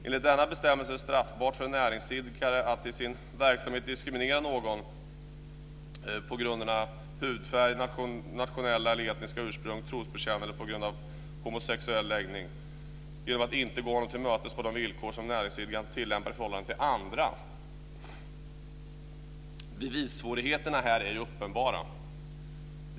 Enligt denna bestämmelse är det straffbart för en näringsidkare att i sin verksamhet diskriminera någon, på grund av hudfärg, nationellt eller etniskt ursprung, trosbekännelse eller homosexuell läggning, genom att inte gå dem till mötes på de villkor som näringsidkaren tillämpar i förhållande till andra. Bevissvårigheterna här är ju uppenbara.